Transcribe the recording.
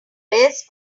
best